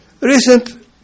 Recent